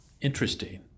interesting